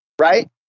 right